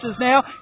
now